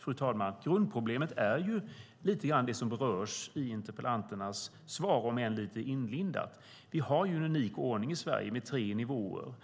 Fru talman! Grundproblemet är lite grann det som berörs i svaret till interpellanterna, om än lite inlindat. Vi har en unik ordning i Sverige med tre nivåer.